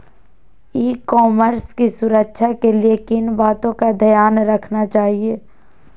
ई commerce की सुरक्षा के लिए किन बातों का ध्यान रखना चाहिए?